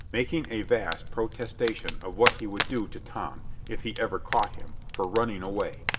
making a vast protestation of what he would do to tom if he ever caught him for running away.